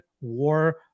War